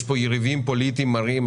יש כאן יריבים פוליטיים מרים,